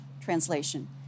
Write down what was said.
translation